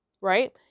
right